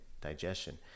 digestion